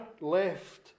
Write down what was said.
left